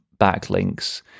backlinks